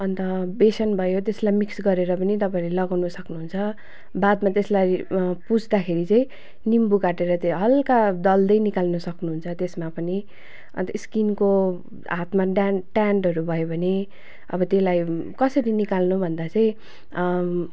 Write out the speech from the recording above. अन्त बेसन भयो त्यसलाई मिक्स गरेर पनि तपाईँहरूले लगाउन सक्नुहुन्छ बादमा त्यसलाई पुस्दाखेरि चाहिँ निम्बु काटेर त्यो हल्का दल्दै निकाल्न सक्नुहुन्छ त्यसमा पनि अन्त स्किनको हातमा टेन्ट टेन्टहरू भयो भने अब त्यसलाई कसरी निकाल्नु भन्दा चाहिँ